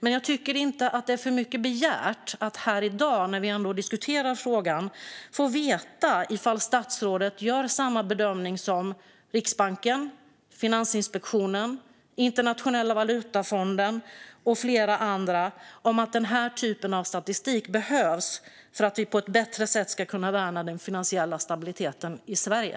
Men jag tycker inte att det är för mycket begärt att här i dag, när vi ändå diskuterar frågan, få veta ifall statsrådet gör samma bedömning som Riksbanken, Finansinspektionen, Internationella valutafonden och flera andra om att den typen av statistik behövs för att vi på ett bättre sätt ska kunna värna den finansiella stabiliteten i Sverige.